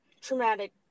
traumatic